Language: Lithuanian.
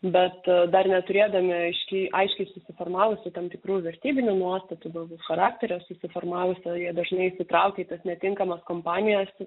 bet dar neturėdami aiškiai aiškiai susiformavusių tam tikrų vertybinių nuostatų daugiau charakterio susiformavusio jie dažnai įsitraukia į tas netinkamas kompanijas